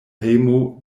hejmo